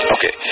Okay